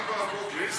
ב-04:00,